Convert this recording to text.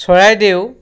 Charaideo